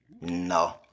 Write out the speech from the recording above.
no